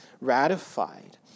ratified